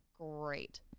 great